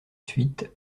suite